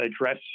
address